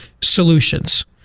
solutions